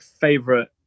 favorite